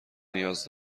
نیاز